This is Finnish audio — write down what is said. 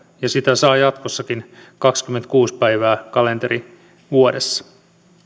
ja sitä saa jatkossakin kaksikymmentäkuusi päivää kalenterivuodessa